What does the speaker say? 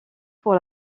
pour